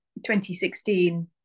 2016